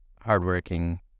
hardworking